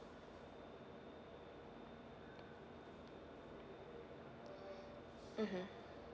mmhmm